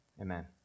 Amen